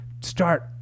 start